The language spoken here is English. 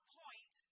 point